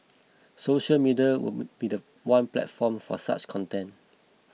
social media would be the one platform for such content